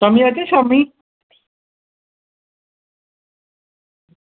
शामीं आचै शामीं